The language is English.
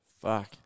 Fuck